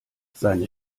seine